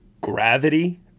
Gravity